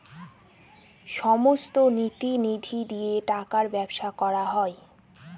সমস্ত নীতি নিধি দিয়ে টাকার ব্যবসা করা হয়